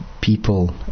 People